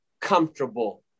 comfortable